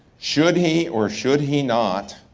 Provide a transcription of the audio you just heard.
should he or should he not